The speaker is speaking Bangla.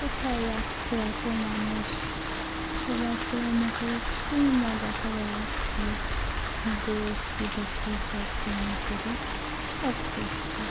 কোথায় যাচ্ছে এতো মানুষ সবাই ট্রেনে করে কী মজা করে যাচ্ছে দেশ বিদেশে সব ট্রেনে করে সব ঘুরছে